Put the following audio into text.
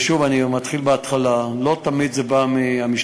ושוב, אני חוזר להתחלה, לא תמיד זה בא מהמשטרה.